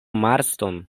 marston